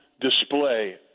display